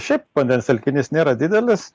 šiaip vandens telkinys nėra didelis